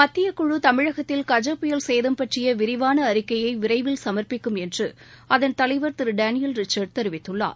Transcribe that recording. மத்தியக்குழு தமிழகத்தில் கஜா புயல் சேதம் பற்றிய விரிவான அறிக்கைய விரைவில் சமர்ப்பிக்கும் என்று அதன் தலைவர் திரு டேனியல் ரிச்சர்டு தெரிவித்துள்ளார்